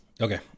okay